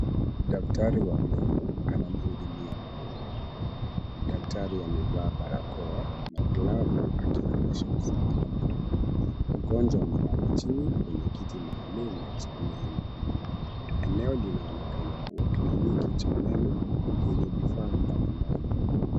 Daktari wa meno anamhudumia mgonjwa. Daktari amevaa barakoa na glavu akionyesha usalama. Mgonjwa amelala chini kwenye kiti maalum cha meno. Eneo linaloonekana kubwa kliniki cha meno yenye vifaa mbalimbali.